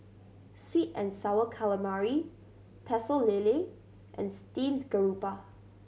sweet and Sour Calamari Pecel Lele and steamed garoupa